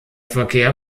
verkehr